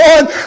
One